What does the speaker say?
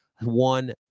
one